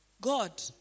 God